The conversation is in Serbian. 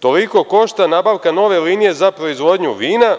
Toliko košta nabavka nove linije za proizvodnju vina